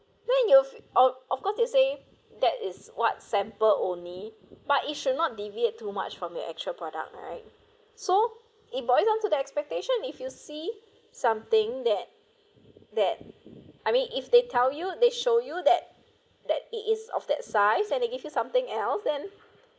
when you're of of course they say that is what sample only but it should not deviate too much from your actual product right so it boils down to the expectation if you see something that that I mean if they tell you they show you that that it is of that size and they give you something else then